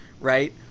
right